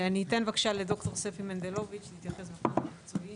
אתן בבקשה לד"ר ספי מנדלוביץ להתייחס לפן המקצועי.